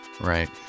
right